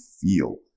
feel